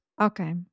Okay